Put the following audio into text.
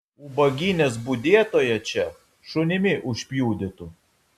ubagynės budėtoją čia šunimi užpjudytų